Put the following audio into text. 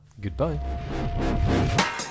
Goodbye